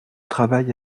travail